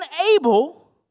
unable